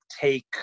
take